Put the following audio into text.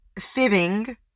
fibbing